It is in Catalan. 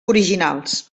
originals